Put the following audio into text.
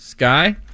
Sky